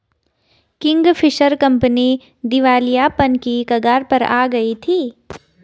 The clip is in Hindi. किंगफिशर कंपनी दिवालियापन की कगार पर आ गई थी